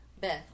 Beth